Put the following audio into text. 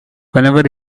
whenever